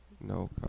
no